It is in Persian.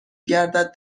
گردد